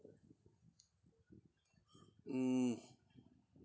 mm